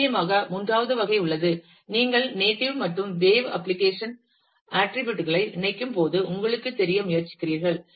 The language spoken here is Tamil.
நிச்சயமாக மூன்றாவது வகை உள்ளது நீங்கள் native மற்றும் வேவ் அப்ளிகேஷன் ஆற்றிபுட் களை இணைக்கும்போது உங்களுக்குத் தெரிய முயற்சிக்கிறீர்கள்